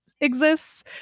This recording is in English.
exists